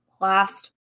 last